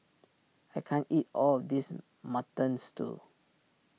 I can't eat all of this Mutton Stew